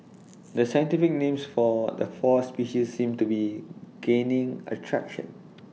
the scientific names for the four species seem to be gaining A traction